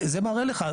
זה מראה לך.